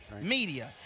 media